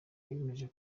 yemeje